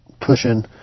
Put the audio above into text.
pushing